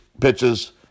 pitches